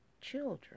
children